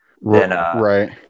right